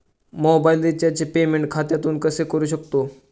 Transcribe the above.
Mobile रिचार्जचे payment खात्यातून कसे करू शकतो?